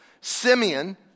Simeon